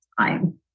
time